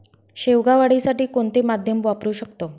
शेवगा वाढीसाठी कोणते माध्यम वापरु शकतो?